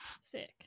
Sick